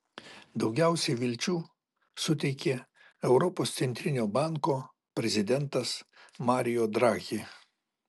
daugiausiai vilčių suteikė europos centrinio banko prezidentas mario draghi